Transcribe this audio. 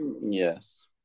Yes